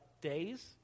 days